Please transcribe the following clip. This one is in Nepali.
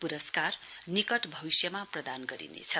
पुरस्कार निकट भविष्यमा प्रदान गरिनेछ